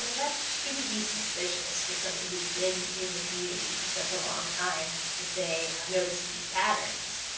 that shouldn't be suspicious for somebody who's been in the community for such a long time to say, i noticed these patterns.